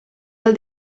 del